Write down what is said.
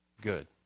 good